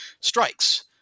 strikes